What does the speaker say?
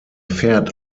fährt